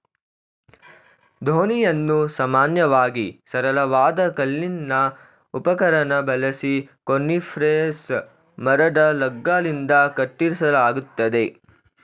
ದೋಣಿಯನ್ನು ಸಾಮಾನ್ಯವಾಗಿ ಸರಳವಾದ ಕಲ್ಲಿನ ಉಪಕರಣ ಬಳಸಿ ಕೋನಿಫೆರಸ್ ಮರದ ಲಾಗ್ಗಳಿಂದ ಕತ್ತರಿಸಲಾಗ್ತದೆ